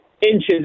inches